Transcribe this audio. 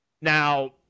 Now